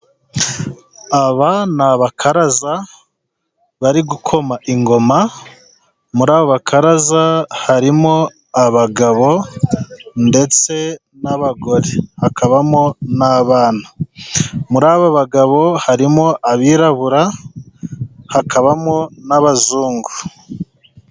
Aba ni abakaraza bari gukoma ingoma. Muri aba bakaraza harimo abagabo, ndetse n'abagore, hakabamo n'abana. Muri aba bagabo harimo abirabura, hakabamo n'abazungu.